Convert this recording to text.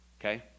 okay